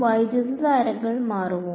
വൈദ്യുതധാരകൾ മാറുമോ